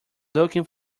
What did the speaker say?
looking